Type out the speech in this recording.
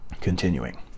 Continuing